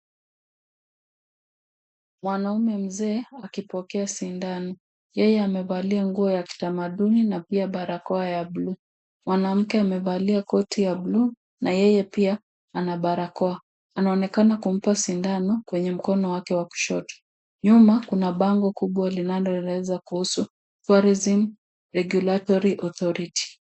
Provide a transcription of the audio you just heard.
Mwanaume mzee akipokea sindano. Yeye amevalia nguo ya kitamaduni na pia barakoa ya blue . Mwanamke amevalia koti la blue na yeye pia ana barakoa. Anaonekana kumpa sindano kwenye mkono wake wa kushoto. Nyuma kuna bango kubwa linaloeleza kuhusu tourism regulatory authority.